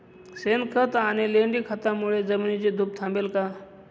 शेणखत आणि लेंडी खतांमुळे जमिनीची धूप थांबेल का?